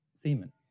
semen